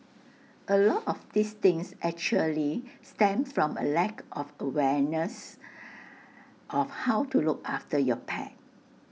A lot of these things actually stem from A lack of awareness of how to look after your pet